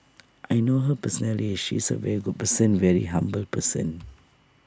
I know her personally she's A very good person very humble person